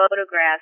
photographs